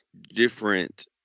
different